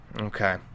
Okay